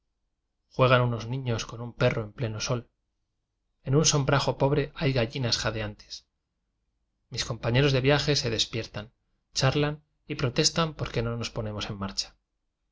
juegan unos niños con un perro en pleno sol en un sombrajo pobre hay gallinas ja deantes mis compañeros de viaje se des piertan charlan y protestan porque no nos ponemos en marcha